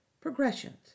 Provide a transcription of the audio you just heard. Progressions